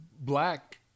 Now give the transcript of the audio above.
black